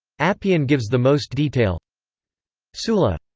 appian gives the most detail sulla.